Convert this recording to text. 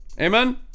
Amen